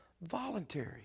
voluntary